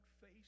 face